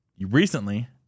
recently